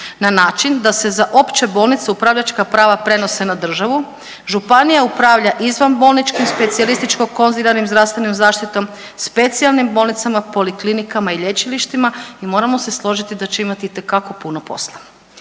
na način da se za opće bolnice upravljačka prava prenose na državu, županija upravlja izvanbolničkim specijalističko konzilijarnom zdravstvenom zaštitom, specijalnim bolnicama, poliklinikama i lječilištima i moramo se složiti da će imati itekako puno posla.